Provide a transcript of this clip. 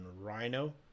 rhino